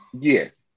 Yes